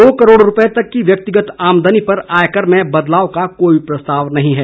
दो करोड़ रूपये तक की व्यक्तिगत आमदनी पर आयकर में बदलाव का कोई प्रस्ताव नहीं है